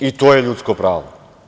I to je ljudsko pravo.